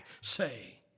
say